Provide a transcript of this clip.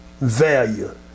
value